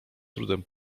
trudem